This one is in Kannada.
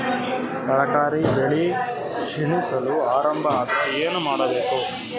ತರಕಾರಿ ಬೆಳಿ ಕ್ಷೀಣಿಸಲು ಆರಂಭ ಆದ್ರ ಏನ ಮಾಡಬೇಕು?